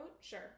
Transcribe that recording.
Sure